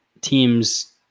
teams